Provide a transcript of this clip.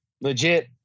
legit